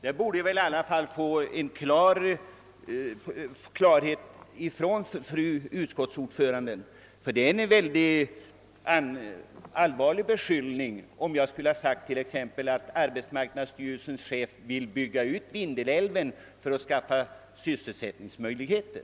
Jag borde väl i alla fall få klarhet av fru utskottsordföranden, ty det vore en mycket allvarlig beskyllning om jag skulle ha menat t.ex. att arbetsmarknadsstyrelsens chef vill bygga ut Vindelälven för att skaffa sysselsättningsmöjligheter.